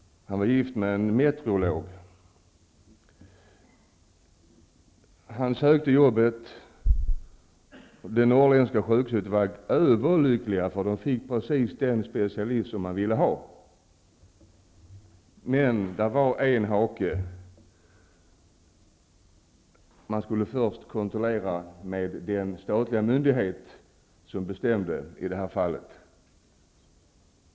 Han var gift med en meteorolog. Han sökte jobbet, och på det norrländska sjukhuset var man överlycklig -- man fick just den specialist man ville ha. Men det fanns en hake. Man skulle först kontrollera med den statliga myndighet som bestämde i det här fallet.